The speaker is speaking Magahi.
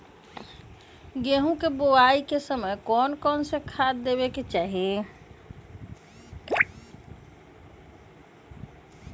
गेंहू के बोआई के समय कौन कौन से खाद देवे के चाही?